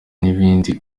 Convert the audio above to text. bindi